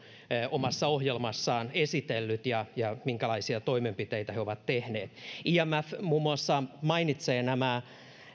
omassa ohjelmassaan esitellyt ja ja minkälaisia toimenpiteitä he ovat tehneet imf muun muassa mainitsee nämä